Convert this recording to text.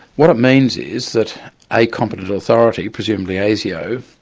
what it means is that a competent authority, presumably asio,